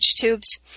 tubes